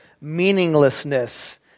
meaninglessness